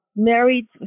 Married